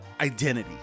identity